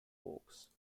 oaks